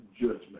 judgment